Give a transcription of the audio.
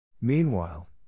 meanwhile